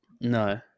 No